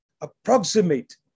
approximate